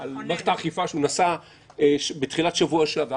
-- על מערכת האכיפה שהוא נשא בתחילת השבוע שעבר.